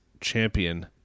champion